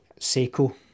Seiko